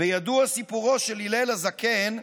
וידוע סיפורו של הלל הזקן,